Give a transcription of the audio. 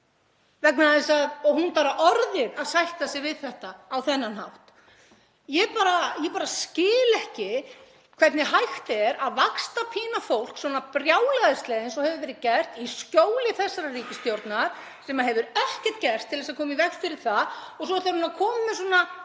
og hún bara orðið að sætta sig við þetta á þennan hátt. Ég bara skil ekki hvernig hægt er að vaxtapína fólk svona brjálæðislega eins og hefur verið gert í skjóli þessarar ríkisstjórnar sem hefur ekkert gert til að koma í veg fyrir það og svo ætlar hún að koma með,